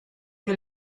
que